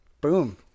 Boom